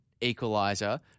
equalizer